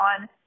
on